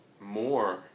more